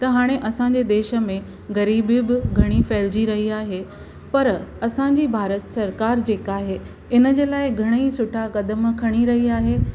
त हाणे असांजे देश में गरीबीयूं बि घणी फैलजी रही आहे पर असां जी भारत सरकार जेका आहे इन जे लाए घणी ई सुठा कदमु खणी रही आहे